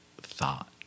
thought